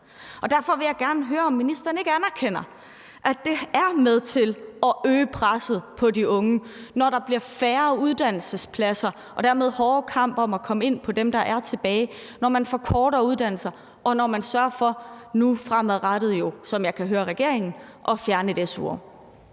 og derfor vil jeg gerne høre, om ministeren ikke anerkender, at det er med til at øge presset på de unge, når der bliver færre uddannelsespladser og dermed hårdere kamp om at komme ind på dem, der er tilbage, når man forkorter uddannelser, og når man sørger for nu fremadrettet, som jeg kan høre regeringen vil, at fjerne et su-år.